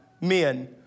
men